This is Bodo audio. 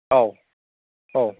औ औ